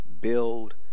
Build